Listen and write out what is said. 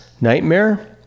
Nightmare